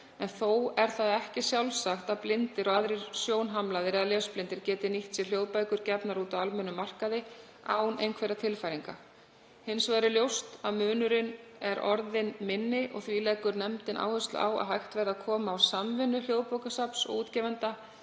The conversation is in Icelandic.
en þó er ekki sjálfsagt að blindir og aðrir sjónhamlaðir eða lesblindir geti nýtt sér hljóðbækur gefnar út á almennum markaði án einhverra tilfæringa. Hins vegar er ljóst að munurinn er orðinn minni og því leggur nefndin áherslu á að hægt verði að koma á samvinnu Hljóðbókasafns og útgefenda